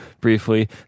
briefly